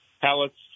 pallets